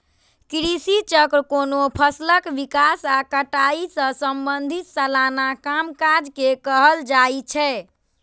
कृषि चक्र कोनो फसलक विकास आ कटाई सं संबंधित सलाना कामकाज के कहल जाइ छै